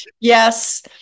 Yes